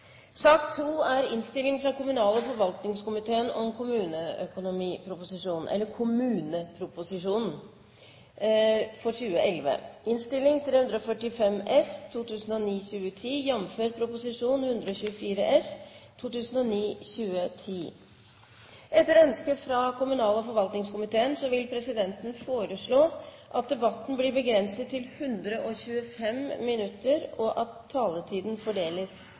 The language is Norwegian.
sak nr. 1. Etter ønske fra kommunal- og forvaltningskomiteen vil presidenten foreslå at debatten blir begrenset til 125 minutter, og at taletiden fordeles